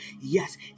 Yes